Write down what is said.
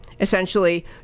essentially